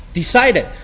decided